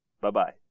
Bye-bye